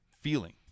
feeling